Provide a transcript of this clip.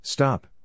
Stop